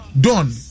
done